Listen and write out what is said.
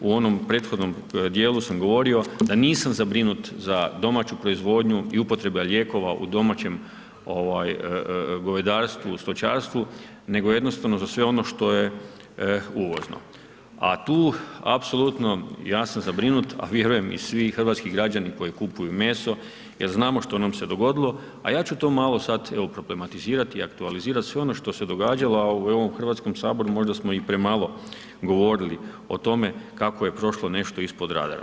U onom prethodnom dijelu sam govorio da nisam zabrinut za domaću proizvodnju i upotreba lijekova u domaćem govedarstvu, stočarstvu, nego jednostavno za sve ono što je uvozno, a tu apsolutno ja sam zabrinut, a vjerujem i svi hrvatski građani koji kupuju meso, jer znamo što nam se dogodilo, a ja ću evo to malo sad problematizirati i aktualizirati sve ono što se je događalo u ovom Hrvatskom saboru, možda smo i premalo govorili o tome, kako je prošlo nešto ispod radara.